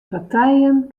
partijen